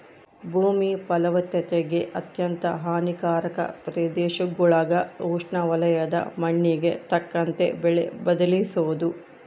ಭೂಮಿ ಫಲವತ್ತತೆಗೆ ಅತ್ಯಂತ ಹಾನಿಕಾರಕ ಪ್ರದೇಶಗುಳಾಗ ಉಷ್ಣವಲಯದ ಮಣ್ಣಿಗೆ ತಕ್ಕಂತೆ ಬೆಳೆ ಬದಲಿಸೋದು